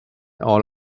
all